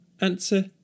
Answer